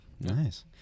Nice